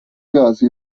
casi